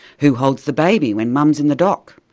who holds the baby when mum's in the dock?